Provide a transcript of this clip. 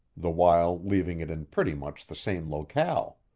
the while leaving it in pretty much the same locale.